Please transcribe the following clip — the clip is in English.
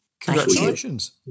Congratulations